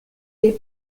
est